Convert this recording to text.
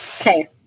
Okay